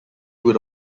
would